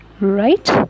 right